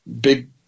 big